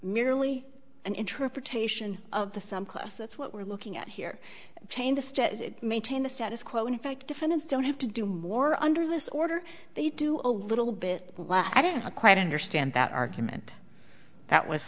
merely an interpretation of the some class that's what we're looking at here maintain the status quo in fact defendants don't have to do more under this order they do a little bit i don't quite understand that argument that was